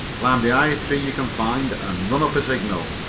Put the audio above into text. climb the highest tree you can find and run up a signal.